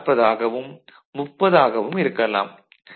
அது 40 ஆகவும் 30 ஆகவும் இருக்கலாம்